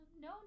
No